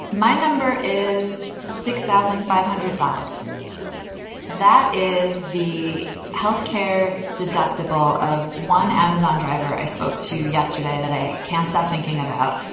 my number is six thousand five hundred dollars that is the health care deductible of one amazon driver. i spoke to yesterday that i can't stop thinking about.